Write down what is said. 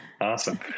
Awesome